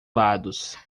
lados